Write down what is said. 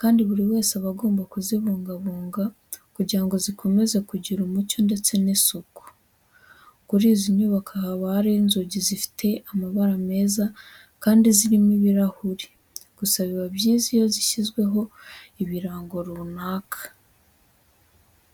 kandi buri wese aba agomba kuzibungabunga kugira ngo zikomeze kugira umucyo ndetse n'isuku. Kuri izi nyubako haba hariho inzugi zifite amabara meza kandi zirimo ibirahure, gusa biba byiza iyo zishyizweho ibirango runaka.